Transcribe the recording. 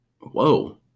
whoa